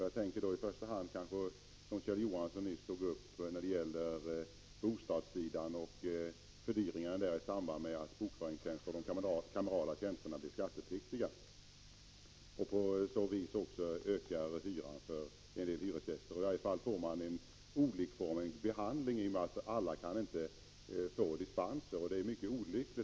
Jag tänker då i första hand på det som Kjell Johansson tagit upp när det gäller bostadssidan och fördyringar i samband med att bokföringstjänster och kamerala tjänster blir skattepliktiga och på så sätt ökar hyran — i varje fall får vi en olikformig behandling i och med att alla inte skall få dispens.